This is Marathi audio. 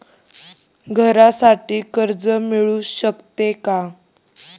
घरासाठी कर्ज मिळू शकते का?